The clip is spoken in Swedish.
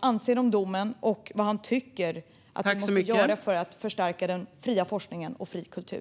anser om domen och vad han tycker att vi måste göra för att förstärka den fria forskningen och fri kultur.